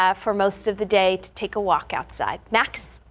ah for most of the day to take a walk outside next.